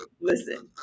Listen